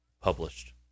published